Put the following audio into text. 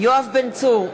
יואב בן צור,